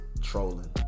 trolling